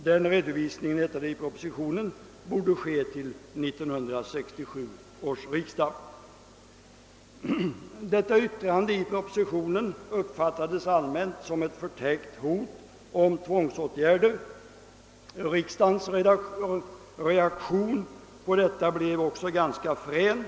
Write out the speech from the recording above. Den redovisningen, hette det i propositionen, borde göras till 1967 års riksdag. Detta yttrande i propositionen uppfattades allmänt som ett förtäckt hot om tvångsåtgärder. Riksdagens reaktion blev också ganska frän.